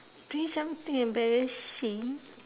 doing something embarrassing